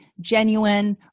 genuine